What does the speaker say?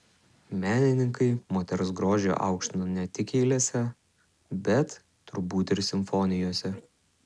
menininkai moters grožį aukštino ne tik eilėse bet turbūt ir simfonijose